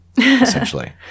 essentially